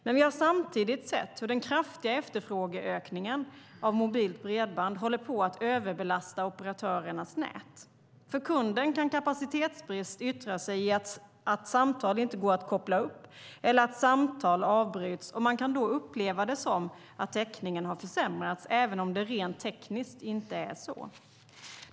Men vi har samtidigt sett hur den kraftiga efterfrågeökningen av mobilt bredband håller på att överbelasta operatörernas nät. För kunden kan kapacitetsbrist yttra sig i att samtal inte går att koppla upp eller att samtal avbryts. Man kan då uppleva det som att täckningen har försämrats, även om det rent tekniskt inte är så.